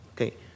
okay